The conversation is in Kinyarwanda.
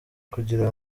kugira